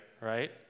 right